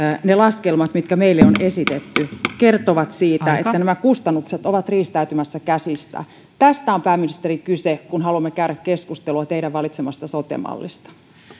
ne laskelmat mitkä meille on esitetty kertovat siitä että nämä kustannukset ovat riistäytymässä käsistä tästä on pääministeri kyse kun haluamme käydä keskustelua teidän valitsemastanne sote mallista